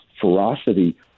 ferocity